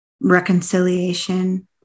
reconciliation